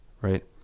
right